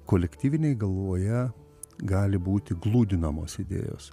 kolektyvinėj galvoje gali būti gludinamos idėjos